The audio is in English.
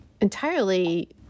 entirely